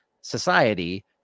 society